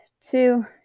two